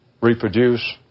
reproduce